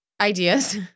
Ideas